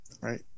Right